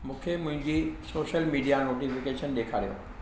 मूंखे मुंहिंजी social media notification ॾेखारियो